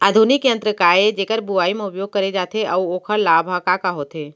आधुनिक यंत्र का ए जेकर बुवाई म उपयोग करे जाथे अऊ ओखर लाभ ह का का होथे?